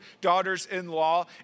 daughters-in-law